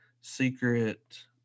secret